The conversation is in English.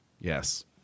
Yes